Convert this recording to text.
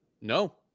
No